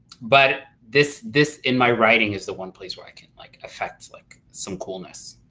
but this this in my writing is the one place where i can like affect like some coolness,